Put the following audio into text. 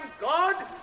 God